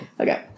Okay